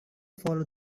follow